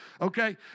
okay